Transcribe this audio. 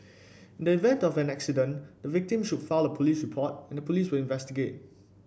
in the event of an accident the victim should file a police report and the police will investigate